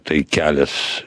tai kelias